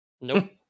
Nope